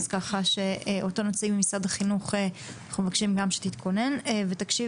אז אנחנו מבקשים שגם נציגת משרד החינוך תתכונן ותקשיב